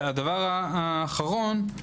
הדבר האחרון,